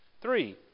Three